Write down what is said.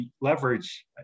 leverage